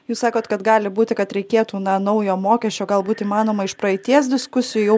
jūs sakot kad gali būti kad reikėtų na naujo mokesčio galbūt įmanoma iš praeities diskusijų jau